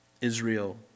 Israel